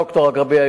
ד"ר אגבאריה,